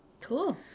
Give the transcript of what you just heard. Cool